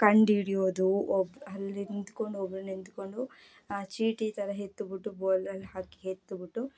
ಕಂಡು ಹಿಡ್ಯೋದು ಒಬ್ಬ ಅಲ್ ನಿಂತ್ಕೊಂಡು ಒಬ್ರು ನಿಂತ್ಕೊಂಡು ಆ ಚೀಟಿ ಥರ ಎತ್ತಿ ಬಿಟ್ಟು ಬೌಲಲ್ಲಿ ಹಾಕಿ ಎತ್ತಿ ಬಿಟ್ಟು